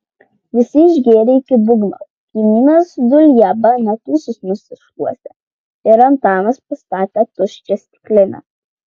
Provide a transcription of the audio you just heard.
visi išgėrė iki dugno kaimynas dulieba net ūsus nusišluostė ir antanas pastatė tuščią stiklinę